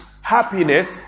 happiness